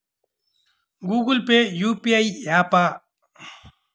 Google Pay UPI య్యాపా?